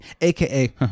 AKA